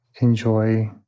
enjoy